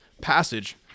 passage